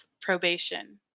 probation